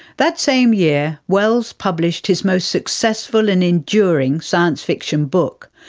that same year, wells published his most successful and enduring science fiction book,